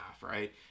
right